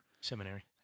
Seminary